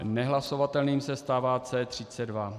Nehlasovatelným se stává C32.